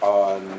on